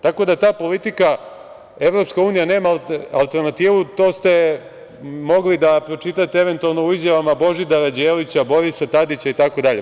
Ta politika – EU nema alternativu, to ste mogli da pročitate, eventualno, u izjavama Božidara Đelića, Borisa Tadića i tako dalje.